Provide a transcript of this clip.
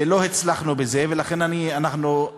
ולא הצלחנו בזה, ולכן אני מצטרף